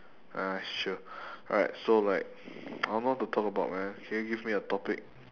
uh sure alright so like I don't know what to talk about man can you give me a topic